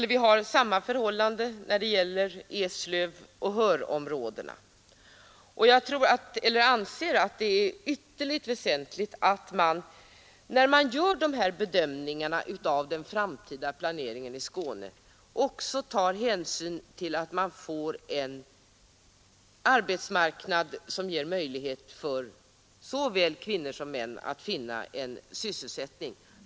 Vi har samma förhållande när det gäller Eslövoch Höörområdena. Det ytterligt väsentligt att man vid den framtida planeringen i Skåne också tar hänsyn till att man bör få en arbetsmarknad som ger möjlighet för såväl kvinnor som män att finna sysselsättning.